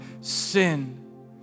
sin